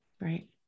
Right